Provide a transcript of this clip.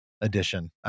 edition